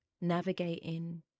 Navigating